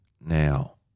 now